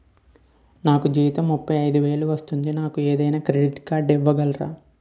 నాకు జీతం ముప్పై ఐదు వేలు వస్తుంది నాకు ఏదైనా క్రెడిట్ కార్డ్ ఇవ్వగలరా?